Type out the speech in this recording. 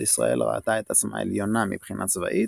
ישראל ראתה את עצמה עליונה מבחינה צבאית,